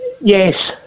Yes